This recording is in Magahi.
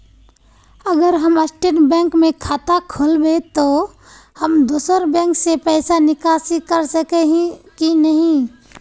अगर हम स्टेट बैंक में खाता खोलबे तो हम दोसर बैंक से पैसा निकासी कर सके ही की नहीं?